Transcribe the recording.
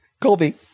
Colby